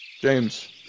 James